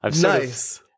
Nice